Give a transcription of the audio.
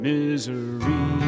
Misery